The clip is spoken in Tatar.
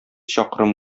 чакрым